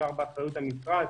שנשאר באחריות המשרד.